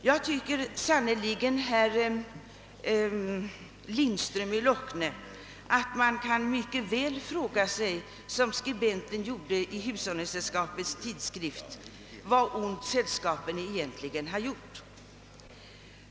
Jag tycker, herr Lindström, att man mycket väl kan fråga sig, såsom skribenten i hushållningssällskapens tidskrift gjorde: Vad ont har sällskapen egentligen gjort?